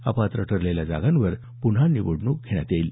अपात्र ठरलेल्या जागांवर पुन्हा निवडणूक घेण्यात येईल